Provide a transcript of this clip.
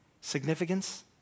Significance